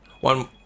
one